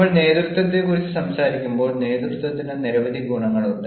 നമ്മൾ നേതൃത്വത്തെക്കുറിച്ച് സംസാരിക്കുമ്പോൾ നേതൃത്വത്തിന് നിരവധി ഗുണങ്ങൾ ഉണ്ട്